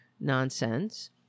nonsense